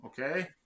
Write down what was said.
Okay